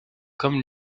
comme